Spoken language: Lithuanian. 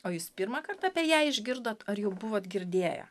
o jūs pirmąkart apie ją išgirdot ar jau buvot girdėję